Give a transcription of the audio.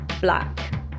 Black